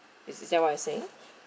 is is that what you're saying